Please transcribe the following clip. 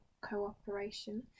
cooperation